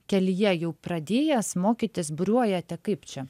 kelyje jau pradėjęs mokytis buriuojate kaip čia